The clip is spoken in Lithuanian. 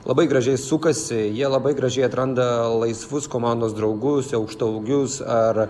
labai gražiai sukasi jie labai gražiai atranda laisvus komandos draugus aukštaūgius ar